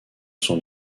son